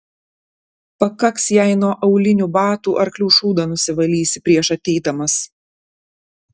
pakaks jei nuo aulinių batų arklių šūdą nusivalysi prieš ateidamas